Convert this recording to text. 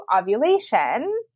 ovulation